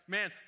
Man